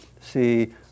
see